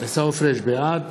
בעד